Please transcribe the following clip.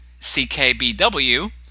CKBW